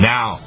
Now